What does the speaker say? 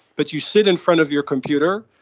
but you sit in front of your computer,